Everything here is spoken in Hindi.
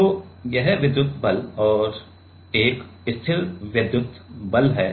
तो यह विद्युत बल और एक स्थिरवैद्युत बल है